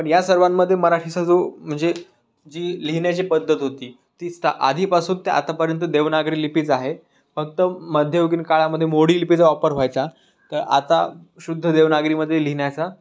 या सर्वांमध्ये मराठीचा जो म्हणजे जी लिहिण्याची पद्धत होती तीच आधीपासून ते आतापर्यंत देवनागरी लिपीच आहे फक्त मध्ययुगीन काळामध्ये मोडी लिपीचा वापर व्हायचा तर आता शुद्ध देवनागरीमध्ये लिहिण्याचा